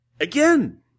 Again